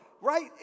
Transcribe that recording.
right